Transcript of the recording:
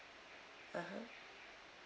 (uh huh)